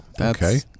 okay